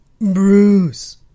Bruce